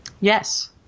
Yes